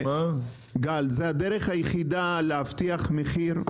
גל, זו הדרך היחידה להבטיח מחיר?